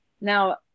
Now